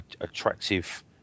attractive